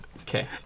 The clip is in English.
Okay